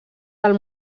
del